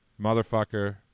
motherfucker